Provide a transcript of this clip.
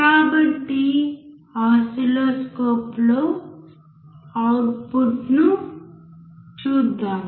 కాబట్టి ఓసిల్లోస్కోప్లో అవుట్పుట్ను చూద్దాం